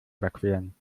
überqueren